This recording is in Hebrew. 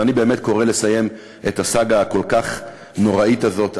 ואני באמת קורא לסיים את הסאגה הכל-כך נוראית הזאת.